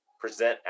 present